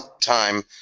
time